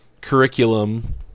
curriculum